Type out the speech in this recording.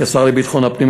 כשר לביטחון הפנים,